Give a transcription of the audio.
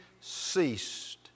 ceased